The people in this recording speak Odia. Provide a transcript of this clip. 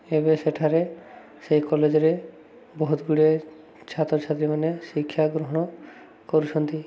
ଏବେ ସେଇଠାରେ ସେଇ କଲେଜ୍ରେ ବହୁତ ଗୁଡ଼ିଏ ଛାତ୍ରଛାତ୍ରୀମାନେ ଶିକ୍ଷା ଗ୍ରହଣ କରୁଛନ୍ତି